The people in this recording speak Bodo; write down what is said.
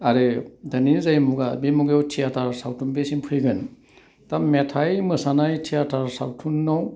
आरो दानि जाय मुगा बे मुगायाव थियेटार सावथुन बेसेनो फैगोन दा मेथाइ मोसानाय थियेटार सावथुनाव